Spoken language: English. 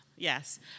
Yes